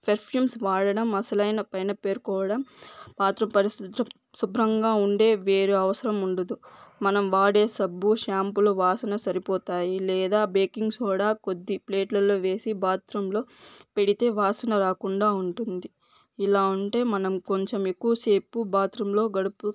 perfumes వాడడం అస్సలైన పైన పేరుకోవడం బాత్రూమ్ పరిస్ శుభ్రంగా ఉండే వేరే అవసరం ఉండదు మనం వాడే సబ్బు షాంపులు వాసన సరిపోతాయి లేదా బేకింగ్ సోడా కొద్ది ప్లేట్లలో వేసి బాత్రూమ్లో పెడితే వాసన రాకుండా ఉంటుంది ఇలా ఉంటే మనం కొంచెం ఎక్కువ సేపు బాత్రూమ్లో గడుపు